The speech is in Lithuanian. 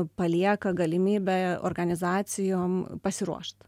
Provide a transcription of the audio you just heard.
palieka galimybę organizacijom pasiruošt